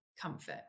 comfort